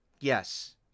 Yes